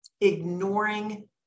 ignoring